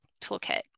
toolkit